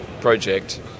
project